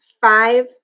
five